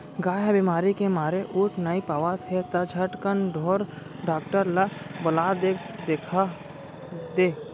गाय ह बेमारी के मारे उठ नइ पावत हे त झटकन ढोर डॉक्टर ल बला के देखा दे